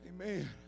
Amen